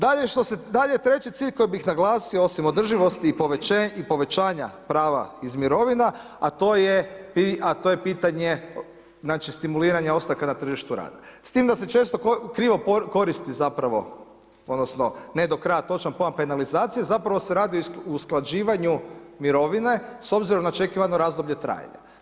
Dalje treći cilj koji bih naglasio, osim održivosti i povećanja prava iz mirovina, a to je pitanje stimuliranja ostanka na tržištu rada, s tim da se često krivo koristi zapravo, odnosno ne do kraja točan pojam penalizacije, zapravo se radi o usklađivanju mirovine s obzirom na očekivano razdoblje trajanja.